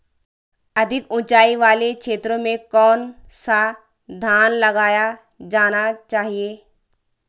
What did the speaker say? अधिक उँचाई वाले क्षेत्रों में कौन सा धान लगाया जाना चाहिए?